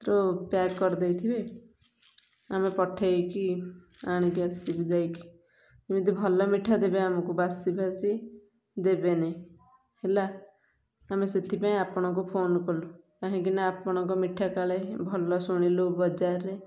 ଥିରୁ pack କରିଦେଇ ଥିବେ ଆମେ ପଠେଇକି ଆଣିକି ଆସିବୁ ଯାଇକି ଯେମିତି ଭଲ ମିଠା ଦେବେ ଆମକୁ ବାସି ଫାସି ଦେବେନି ହେଲା ଆମେ ସେଥିପାଇଁ ଆପଣଙ୍କୁ ଫୋନ କଲୁ କାହିଁକି ନା ଆପଣଙ୍କ ମିଠା କାଳେ ଭଲ ଶୁଣିଲୁ ବଜାରରେ